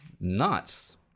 nuts